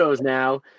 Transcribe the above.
now